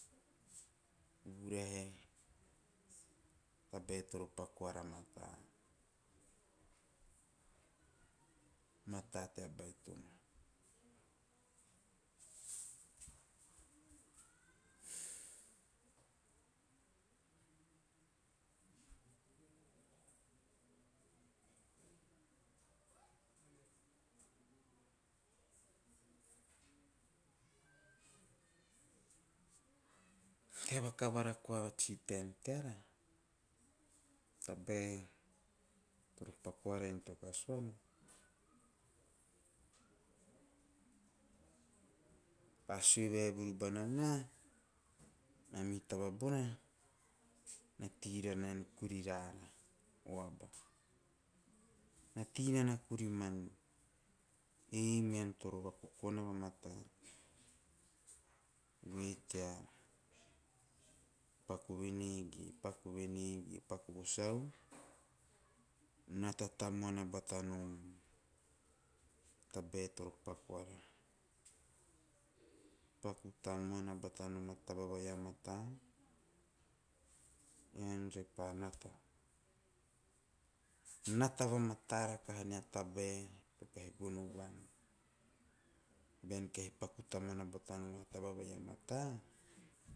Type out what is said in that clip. U vurehe, tabe toro pakuara mata, mata tea bai tuna. ke vaka bara kuava tsi ten kiara, tabe, toro pakoa ra to kasuana, pa sui vevu vanana, ami tava bona, na tiara nan kurira waba. Nati nan a kuriman, ei men toro vakokona va mata. Goe tea paku vinigi, paku vinigi, paku vosau, natata moana vata nom tabe toro pakoa ra. Paku tamana a bata nom a tavavai an mata, ean re panata. Nata vamata kaha nea tabe pehe gunu vana, ben ke paku tamana vata nom a tavavai a mata,